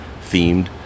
themed